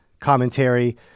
Commentary